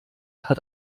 hat